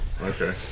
Okay